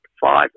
five